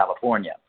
California